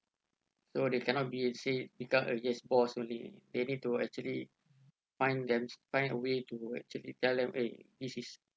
so they cannot be said become a yes boss only they need to actually find them find a way actually to tell them eh this is